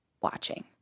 Watching